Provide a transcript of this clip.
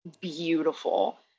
beautiful